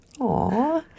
Aw